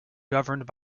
governed